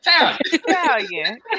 Italian